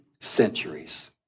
centuries